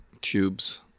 cubes